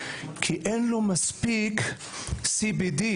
כי אין לו מספיק CBD,